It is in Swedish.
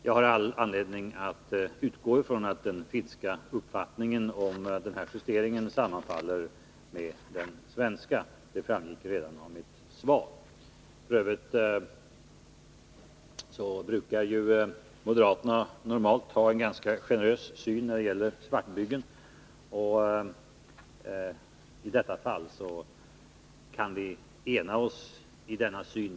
Jag har all anledning att utgå från att den finska uppfattningen om denna precisering sammanfaller med den svenska, vilket redan framgick av mitt svar. F. ö. brukar moderaterna normalt ha en ganska generös syn när det gäller svartbyggen, och i detta fall kan vi ena oss i denna syn.